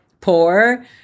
poor